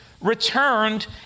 returned